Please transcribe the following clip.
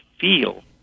feel